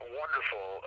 wonderful